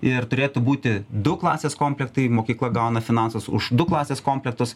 ir turėtų būti du klasės komplektai mokykla gauna finansus už du klasės komplektus